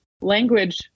language